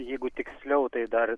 jeigu tiksliau tai dar